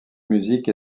musique